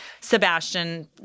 Sebastian